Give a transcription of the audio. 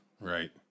Right